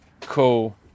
Cool